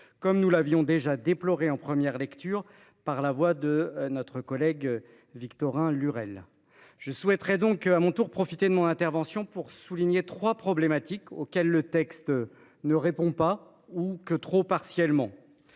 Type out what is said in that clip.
comme nous l’avons déjà déploré en première lecture par la voix de notre collègue Victorin Lurel. Je profiterai à mon tour de mon intervention pour soulever trois problématiques auxquelles le texte ne répond pas, ou de manière trop partielle.